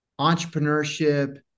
entrepreneurship